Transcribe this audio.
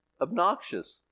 obnoxious